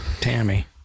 Tammy